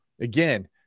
Again